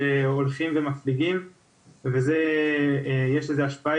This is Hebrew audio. שרק הולכים ומפליגים ולזה יש השלכות והשפעה